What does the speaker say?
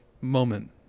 moment